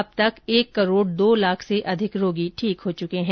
अब तक एक करोड़ दो लाख से अधिक रोगी ठीक हो चुके हैं